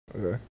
Okay